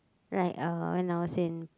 like uh when I was in